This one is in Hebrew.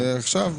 עכשיו,